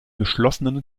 geschlossenen